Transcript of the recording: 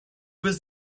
was